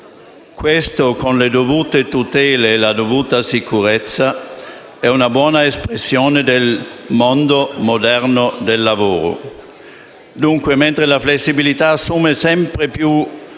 Questa - con le dovute tutele e la dovuta sicurezza - è una buona espressione del mondo moderno del lavoro. Dunque, mentre la flessibilità assume sempre più